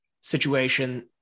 situation